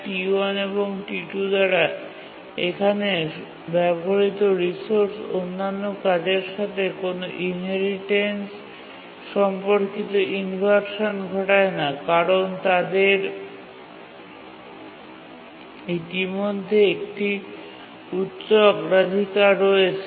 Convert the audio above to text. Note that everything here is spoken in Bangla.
T1 এবং T2 দ্বারা এখানে ব্যবহৃত রিসোর্স অন্যান্য কাজের সাথে কোনও ইনহেরিটেন্স সম্পর্কিত ইনভারসান ঘটায় না কারণ তাদের ইতিমধ্যে একটি উচ্চ অগ্রাধিকার রয়েছে